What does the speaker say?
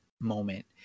moment